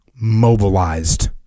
mobilized